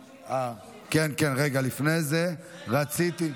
כן, כן, רגע לפני זה, רציתי,